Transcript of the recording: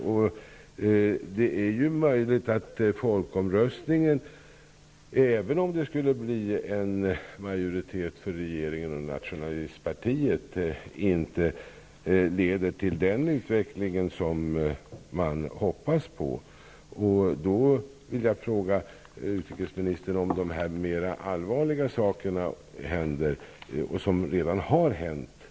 Även om valutgången skulle resultera i en majoritet för regeringen och nationalistpartiet, blir kanske utvecklingen inte den som man har hoppats på. Därför vill jag fråga hur utrikesministern ser på situationen om det händer flera allvarliga saker, sådant som redan har hänt.